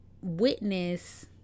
witness